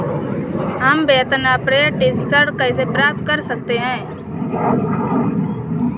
हम वेतन अपरेंटिस ऋण कैसे प्राप्त कर सकते हैं?